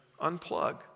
unplug